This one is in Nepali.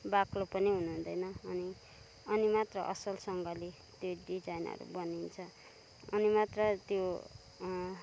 बाक्लो पनि हुनुहुँदैन अनि मात्र असलसँगले त्यो डिजाइनहरू बनिन्छ अनि मात्र त्यो